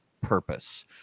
purpose